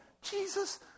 Jesus